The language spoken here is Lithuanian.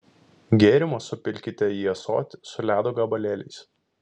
gėrimą supilkite į ąsotį su ledo gabalėliais